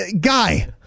guy